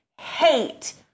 hate